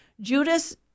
Judas